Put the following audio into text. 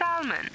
Salmon